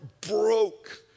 broke